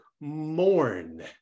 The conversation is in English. mourn